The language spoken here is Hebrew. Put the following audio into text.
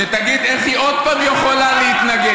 שתגיד איך היא עוד פעם יכולה להתנגד.